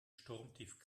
sturmtief